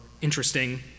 interesting